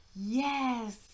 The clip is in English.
Yes